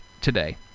today